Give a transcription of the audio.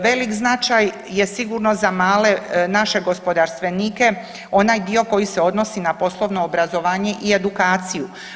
Velik značaj je sigurno za male naše gospodarstvenike onaj dio koji se odnosi na poslovno obrazovanje i edukaciju.